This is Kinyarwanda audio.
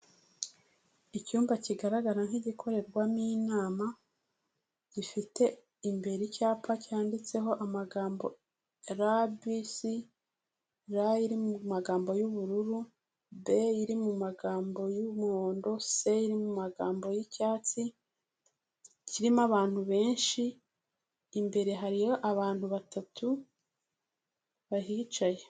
Icyumba kigaragara nk'igikorerwamo inama, gifite imbere icyapa cyanditseho amagambo RBC, R iri mu magambo y'ubururu, B iri mu magambo y'umuhondo, C iri mu magambo y'icyatsi, kirimo abantu benshi, imbere hariyo abantu batatu bahicaye.